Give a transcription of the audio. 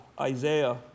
Isaiah